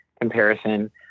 comparison